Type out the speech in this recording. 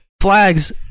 flags